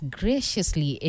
graciously